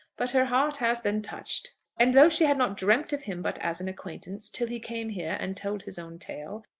but her heart has been touched and though she had not dreamt of him but as an acquaintance till he came here and told his own tale,